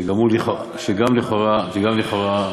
שגם לכאורה, שזו גם אפליה.